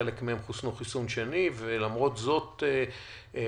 חלק מהם חוסנו חיסון שני ולמרות זאת חלו.